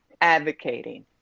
advocating